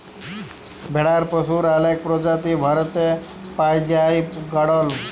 ভেড়ার পশুর অলেক প্রজাতি ভারতে পাই জাই গাড়ল